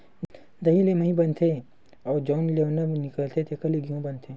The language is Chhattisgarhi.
दही ले मही बनथे अउ जउन लेवना निकलथे तेखरे ले घींव बनाथे